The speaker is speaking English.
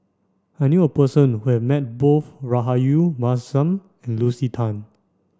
I knew a person who have met both Rahayu Mahzam and Lucy Tan